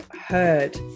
heard